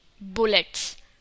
bullets